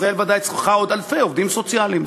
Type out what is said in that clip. ישראל ודאי צריכה עוד אלפי עובדים סוציאליים,